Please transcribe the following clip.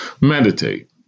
Meditate